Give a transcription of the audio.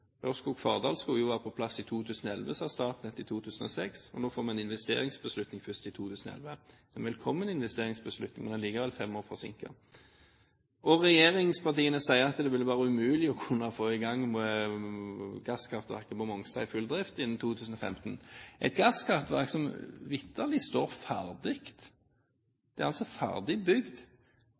jobber. Ørskog–Fardal skulle jo være på plass i 2011, sa Statnett i 2006, og nå får vi en investeringsbeslutning først i 2011, en velkommen investeringsbeslutning, men allikevel fem år forsinket. Regjeringspartiene sier at det vil være umulig å kunne få gasskraftverket på Mongstad i full drift innen 2015, et gasskraftverk som vitterlig står ferdig. Det er altså ferdig bygd.